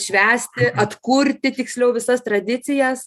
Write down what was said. švęsti atkurti tiksliau visas tradicijas